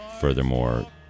furthermore